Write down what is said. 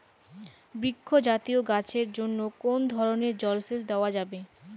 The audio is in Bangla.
বৃক্ষ জাতীয় গাছের জন্য কোন ধরণের জল সেচ দেওয়া যাবে?